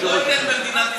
דחיתם את הצעת החוק הזאת.